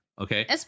Okay